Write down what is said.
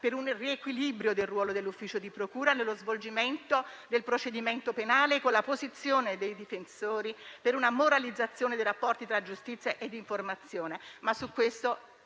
per un riequilibrio del ruolo dell'ufficio di procura nello svolgimento del procedimento penale, con la posizione dei difensori per una moralizzazione dei rapporti tra giustizia ed informazione,